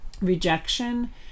rejection